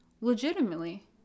legitimately